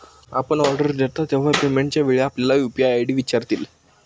आपण ऑर्डर देता तेव्हा पेमेंटच्या वेळी आपल्याला यू.पी.आय आय.डी विचारतील